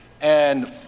And-